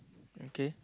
okay